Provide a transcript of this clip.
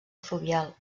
fluvial